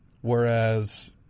Whereas